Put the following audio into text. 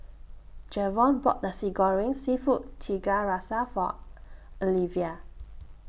Jevon bought Nasi Goreng Seafood Tiga Rasa For Alivia